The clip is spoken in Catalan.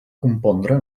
compondre